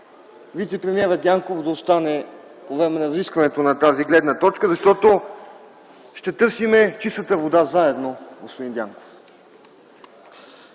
вицепремиерът Дянков да остане по време на разискването на тази гледна точка, защото ще търсим чистата вода заедно, господин Дянков.